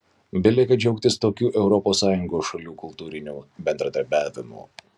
belieka džiaugtis tokiu europos sąjungos šalių kultūriniu bendradarbiavimu